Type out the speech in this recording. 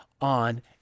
on